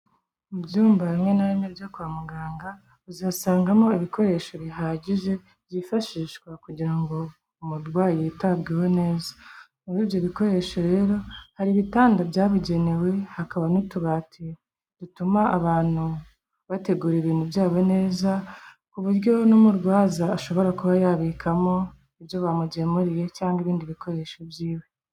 Mu byumba bimwe na bimwe byo kwa muganga, uzasangamo ibikoresho bihagije byifashishwa kugira ngo umurwayi yitabweho neza. Muri ibyo bikoresho rero, hari ibitanda byabugenewe, hakaba n'utubati dutuma abantu bategura ibintu byabo neza, ku buryo n'umurwaza ashobora kuba yabikamo ibyo bamugemuriye cyangwa n'ibindi bikoresho byiwe.